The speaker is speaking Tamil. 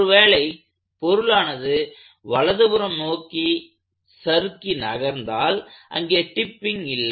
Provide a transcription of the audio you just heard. ஒருவேளை பொருளானது வலதுபுறம் சறுக்கி நகர்ந்தால் அங்கே டிப்பிங் இல்லை